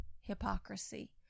hypocrisy